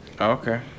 Okay